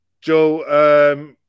Joe